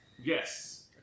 Yes